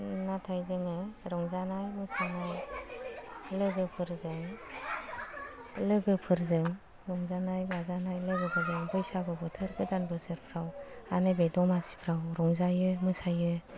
नाथाय जोङो रंजानाय मोसानाय लोगोफोरजों लोगोफोरजों रंजानाय बायजानाय लोगोफोरजों बैसागु बोथोर गोदान बोसोरफ्राव आरो नैबे दमासिफ्राव रंजायो मोसायो